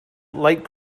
light